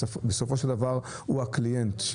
בסופו של דבר הוא הקליינט,